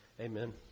Amen